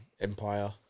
empire